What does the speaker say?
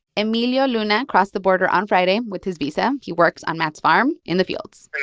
emilio luna crossed the border on friday with his visa. he works on matt's farm in the fields.